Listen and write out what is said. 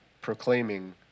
proclaiming